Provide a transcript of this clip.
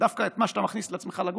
ודווקא מה שאתה מכניס לעצמך לגוף,